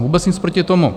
Vůbec nic proti tomu.